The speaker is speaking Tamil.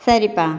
சரிப்பா